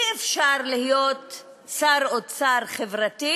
אי-אפשר להיות שר אוצר חברתי,